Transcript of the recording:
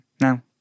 Now